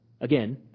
again